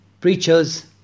preachers